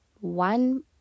one